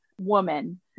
woman